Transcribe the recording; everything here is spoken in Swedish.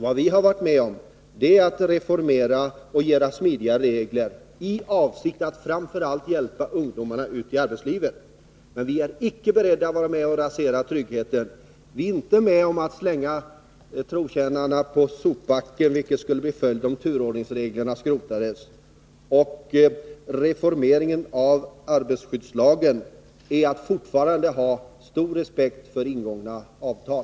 Vi har varit med om att reformera och göra reglerna smidiga i avsikt att framför allt hjälpa ungdomarna ut i arbetslivet. Men vi är inte beredda att vara med om att rasera tryggheten eller ”slänga trotjänarna på sopbacken”, vilket skulle bli följden om turordningsreglerna skrotades. Reformeringen av arbetarskyddslagen innebär att man fortfarande skall ha stor respekt för ingångna avtal.